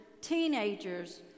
teenagers